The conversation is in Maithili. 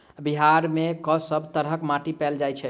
बिहार मे कऽ सब तरहक माटि पैल जाय छै?